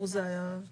אני היושב ראש.